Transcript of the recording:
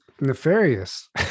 nefarious